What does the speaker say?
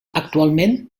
actualment